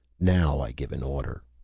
now i give an order!